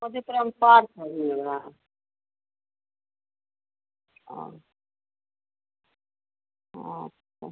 मधेपुरा में पार्क है घूमने वाला और अच्छा